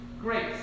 Great